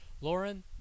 Lauren